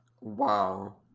wow